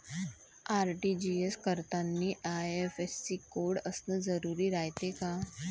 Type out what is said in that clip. RTGS करतांनी IFSC code असन जरुरी रायते का?